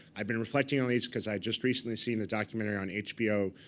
i've been reflecting on these, because i've just recently seen a documentary on hbo,